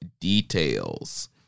details